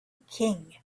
king